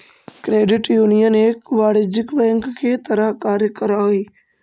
credit union एक वाणिज्यिक bank के तरह कार्य करऽ हइ